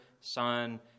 Son